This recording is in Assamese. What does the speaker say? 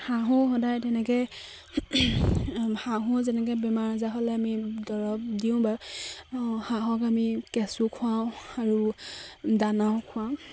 হাঁহো সদায় তেনেকে হাঁহো যেনেকে বেমাৰ আজাৰ হ'লে আমি দৰৱ দিওঁ বা হাঁহক আমি কেঁচু খুৱাওঁ আৰু দানাও খুৱাওঁ